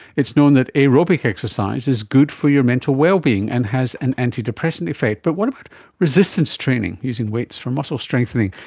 it is known that aerobic exercise is good for your mental well-being and has an antidepressant effect. but what about resistance training, using weights for muscle strengthening?